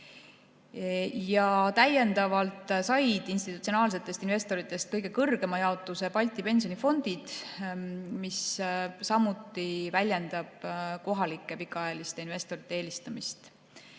Ja täiendavalt said institutsionaalsetest investoritest kõige kõrgema jaotuse Balti pensionifondid. See väljendab samuti kohalike pikaajaliste investorite eelistamist.